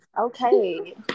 okay